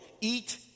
eat